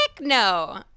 no